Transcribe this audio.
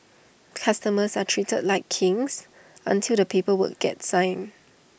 customers are treated like kings until the paper work gets signed